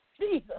Jesus